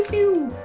you